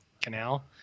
Canal